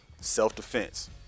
self-defense